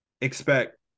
expect